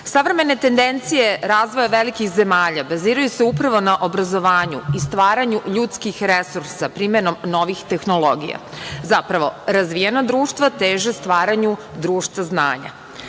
tendencije razvoja velikih zemalja baziraju se upravo na obrazovanju i stvaranju ljudskih resursa primenom novih tehnologija. Zapravo, razvijena društva teže stvaranju društva